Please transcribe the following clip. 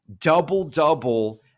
double-double